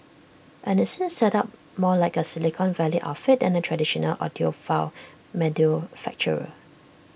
and IT seems set up more like A Silicon Valley outfit than A traditional audiophile manufacturer